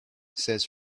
says